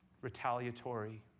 retaliatory